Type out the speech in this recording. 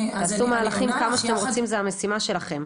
תעשו מהלכים כמה שאתם רוצים, זאת המשימה שלכם.